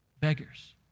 beggars